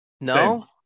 no